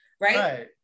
right